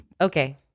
Okay